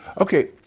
Okay